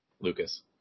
Lucas